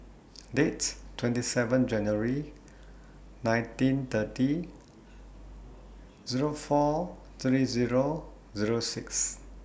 Dates twenty seven January nineteen thirty Zero four thirty Zero Zero six